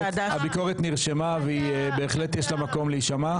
הביקורת נרשמה ובהחלט יש לה מקום להישמע.